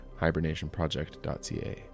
hibernationproject.ca